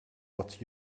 what